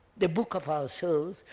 the book of ourselves,